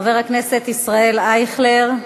חבר הכנסת ישראל אייכלר,